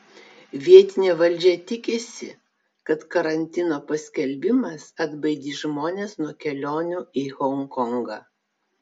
vietinė valdžia tikisi kad karantino paskelbimas atbaidys žmones nuo kelionių į honkongą